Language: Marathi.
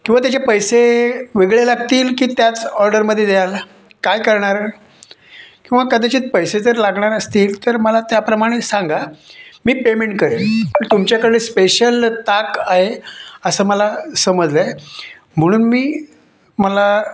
किंवा त्याचे पैसे वेगळे लागतील की त्याच ऑर्डरमध्ये द्याल काय करणार किंवा कदाचित पैसे जर लागणार असतील तर मला त्याप्रमाणे सांगा मी पेमेंट करेन मी तुमच्याकडे स्पेशल ताक आहे असं मला समजलं आहे म्हणून मी मला